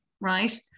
right